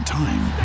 time